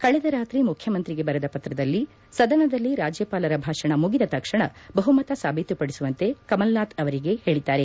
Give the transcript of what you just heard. ಕಳೆದ ರಾತ್ರಿ ಮುಖ್ಯಮಂತ್ರಿಗೆ ಬರೆದ ಪತ್ರದಲ್ಲಿ ಸದನದಲ್ಲಿ ರಾಜ್ಯಪಾಲರ ಭಾಷಣ ಮುಗಿದ ತಕ್ಷಣ ಬಹುಮತ ಸಾಬೀತುಪಡಿಸುವಂತೆ ಕಮಲ್ನಾಥ್ ಅವರಿಗೆ ಹೇಳಿದ್ದಾರೆ